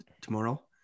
tomorrow